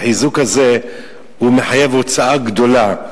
החיזוק הזה מחייב הוצאה גדולה.